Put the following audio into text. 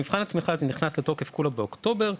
מבחן התמיכה נכנס לתוקף באוקטובר,